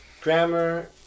Grammar